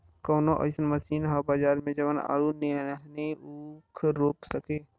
कवनो अइसन मशीन ह बजार में जवन आलू नियनही ऊख रोप सके?